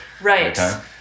Right